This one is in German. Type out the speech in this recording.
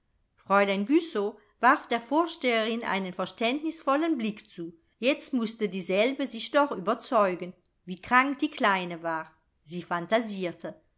güssow warf der vorsteherin einen verständnisvollen blick zu jetzt mußte dieselbe sich doch überzeugen wie krank die kleine war sie phantasierte